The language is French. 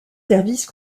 services